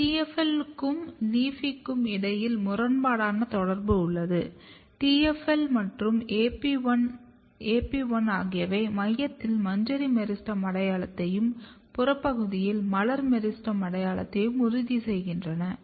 TFL க்கும் LEAFY க்கும் இடையில் முரண்பாடான தொடர்பு உள்ளது TFL மற்றும் AP1 ஆகியவை மையத்தில் மஞ்சரி மெரிஸ்டெம் அடையாளத்தையும் புறப் பகுதியில் மலர் மெரிஸ்டெம் அடையாளத்தையும் உறுதி செய்கிறது